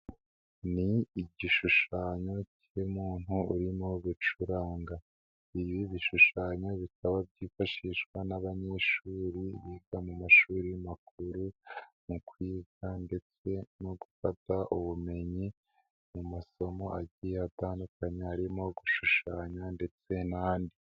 Ni igishushanyo cy'umuntu urimo gucuranga, ibi bishushanyo bikaba byifashishwa n'abanyeshuri biga mu mashuri makuru mu kwiga ndetse no gufata ubumenyi mu masomo agiye atandukanye harimo gushushanya ndetse n'andi.